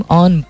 on